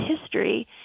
History